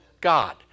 God